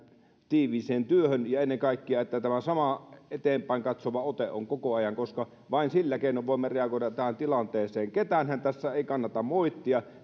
tiiviiseen työhön ja ennen kaikkea siihen että tämä sama eteenpäin katsova ote on koko ajan koska vain sillä keinoin voimme reagoida tähän tilanteeseen ketäänhän tässä ei kannata moittia